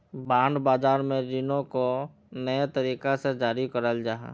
bond बाज़ार में रीनो को नए तरीका से जारी कराल जाहा